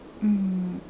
mm